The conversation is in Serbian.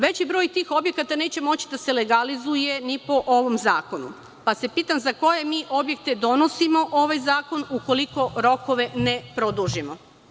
Veći broj tih objekata neće moći da se legalizuje ni po ovom zakonu, pa se pitam – za koje mi objekte donosimo ovaj zakon, ukoliko rokove ne produžimo?